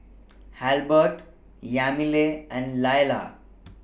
Halbert Yamilet and Lailah